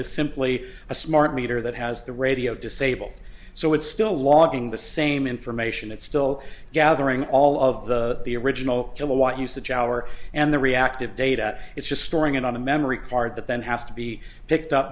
is simply a smart meter that has the radio disabled so it's still logging the same information it's still gathering all of the the original kilowatt usage our and the reactive data it's just storing it on a memory card that then has to be picked up